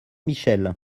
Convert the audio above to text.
michel